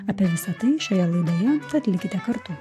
apie visa tai šioje laidoje tad likite kartu